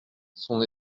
son